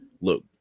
look